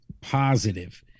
positive